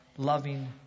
loving